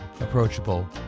approachable